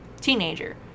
teenager